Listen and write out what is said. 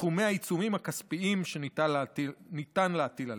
סכומי העיצומים הכספיים שניתן להטיל עליה.